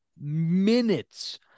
minutes